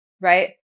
right